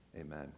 amen